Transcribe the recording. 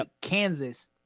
Kansas